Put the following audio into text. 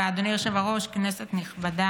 אדוני היושב-ראש, כנסת נכבדה,